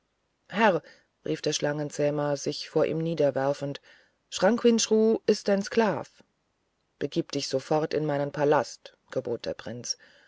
herr rief der schlangenzähmer sich vor ihm niederwerfend chranquinchru ist dein sklav begib dich sofort in meinen palast gebot der prinz